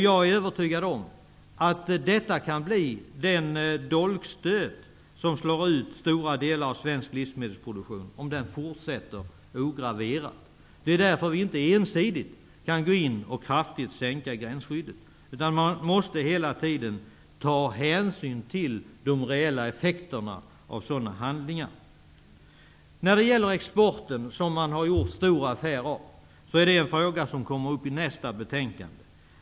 Jag är övertygad om att detta, om det fortsätter ograverat, kan bli den dolkstöt som slår ut stora delar av svensk livsmedelsproduktion. Det är därför som vi inte ensidigt kan gå in och kraftigt sänka gränsskyddet. Man måste hela tiden ta hänsyn till de reella effekterna av sådana handlingar. Man har gjort stor affär av exporten. Det är en fråga som kommer upp i nästa betänkande.